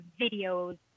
videos